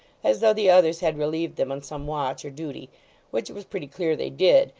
as though the others had relieved them on some watch or duty which it was pretty clear they did,